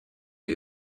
wie